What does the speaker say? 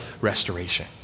restoration